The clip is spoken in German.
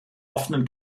offenen